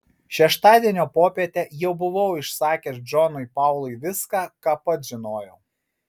šeštadienio popietę jau buvau išsakęs džonui paului viską ką pats žinojau